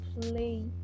play